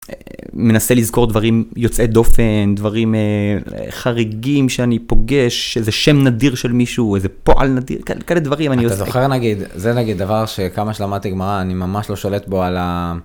מנסה לזכור דברים יוצאי דופן, דברים חריגים שאני פוגש, איזה שם נדיר של מישהו, איזה פועל נדיר, כאלה דברים. אתה זוכר נגיד, זה נגיד דבר שכמה שלמדתי גמרא אני ממש לא שולט בו על ה...